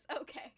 Okay